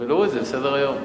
זה מסדר-היום.